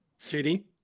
JD